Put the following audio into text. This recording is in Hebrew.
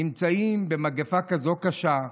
נמצאים במגפה כזאת קשה,